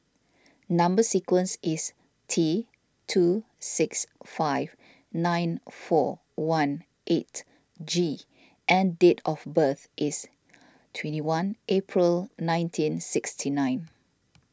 Number Sequence is T two six five nine four one eight G and date of birth is twenty one April nineteen sixty nine